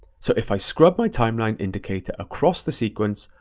so if i scrub my timeline indicator across the sequence,